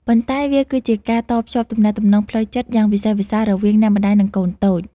ប៉ុន្តែវាគឺជាការតភ្ជាប់ទំនាក់ទំនងផ្លូវចិត្តយ៉ាងវិសេសវិសាលរវាងអ្នកម្ដាយ និងកូនតូច។